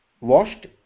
washed